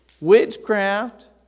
witchcraft